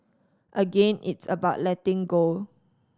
again it's about letting go